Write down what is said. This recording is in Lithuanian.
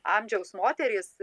amžiaus moterys